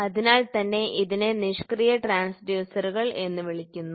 അതിനാൽത്തന്നെ ഇതിനെ നിഷ്ക്രിയ ട്രാൻസ്ഡ്യൂസറുകൾ എന്ന് വിളിക്കുന്നു